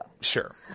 Sure